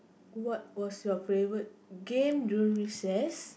what was your favourite game during recess